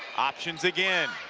options again,